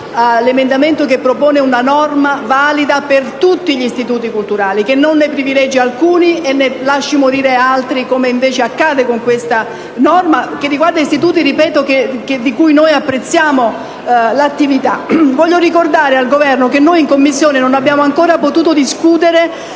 a quello che propone una norma valida per tutti gli istituti culturali, che non ne privilegi alcuni e ne lasci morire altri, come invece accade con questa norma, che pure riguarda istituti di cui - ripeto - apprezziamo l'attività. Voglio ricordare al Governo che in Commissione non abbiamo ancora potuto discutere